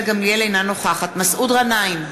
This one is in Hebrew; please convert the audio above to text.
אינה נוכחת מסעוד גנאים,